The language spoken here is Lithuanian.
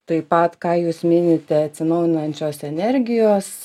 taip pat ką jūs minite atsinaujinančios energijos